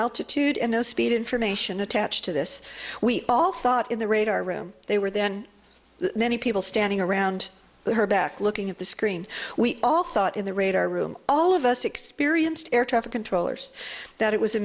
altitude and no speed information attached to this we all thought in the radar room they were then many people standing around her back looking at the screen we all thought in the radar room all of us experienced air traffic controllers that it was a